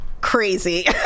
crazy